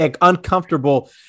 uncomfortable